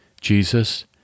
Jesus